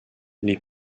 les